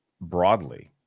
broadly